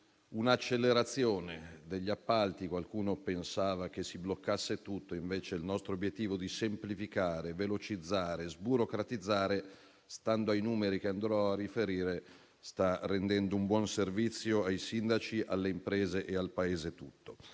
un'accelerazione degli appalti; qualcuno pensava che si bloccasse tutto, invece il nostro obiettivo di semplificare, velocizzare e sburocratizzare, stando ai numeri che andrò a riferire, sta rendendo un buon servizio ai sindaci, alle imprese e al Paese tutto.